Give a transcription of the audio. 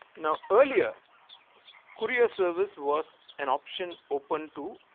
now earlier courier service was an option open to